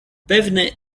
pewny